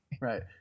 Right